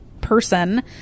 person